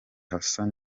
hassan